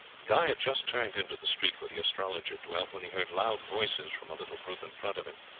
guy had just turned into the street where the astrologer dwelt when he heard loud voices from a little group in front of him.